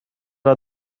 are